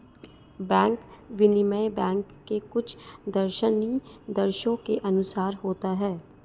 bank विनिमय bank के कुछ दिशानिर्देशों के अनुसार होता है